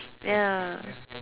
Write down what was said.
ya